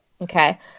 Okay